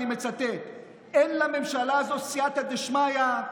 ואני מצטט: אין לממשלה הזו סייעתא דשמיא,